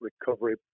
recovery